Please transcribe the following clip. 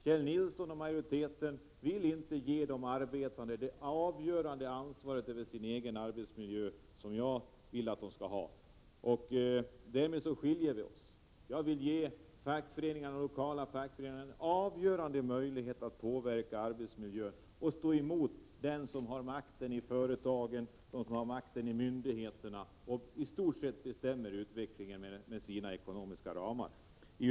Kjell Nilsson och de övriga majoritetsföreträdarna vill inte ge de arbetande det avgörande ansvar över sin egen arbetsmiljö som jag vill att de skall ha. Jag vill att de lokala fackföreningarna skall få en avgörande möjlighet att påverka arbetsmiljön och att de skall kunna stå emot den som har makten i företagen och i myndigheterna och som i stort sett bestämmer utvecklingen med sina ekonomiska resurser.